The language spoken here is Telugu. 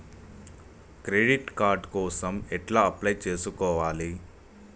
క్రెడిట్ కార్డ్ కోసం ఎలా అప్లై చేసుకోవాలి?